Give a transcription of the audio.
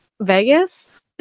Vegas